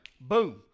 boom